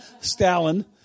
Stalin